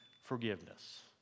forgiveness